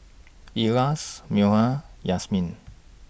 Elyas Munah Yasmin